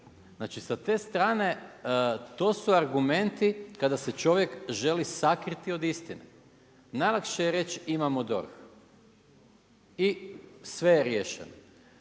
Znači sa te strane to su argumenti kada se čovjek želi sakriti od istine. Najlakše je reći imamo DORH i sve je riješeno.